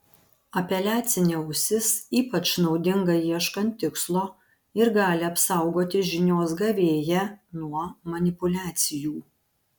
apeliacinė ausis ypač naudinga ieškant tikslo ir gali apsaugoti žinios gavėją nuo manipuliacijų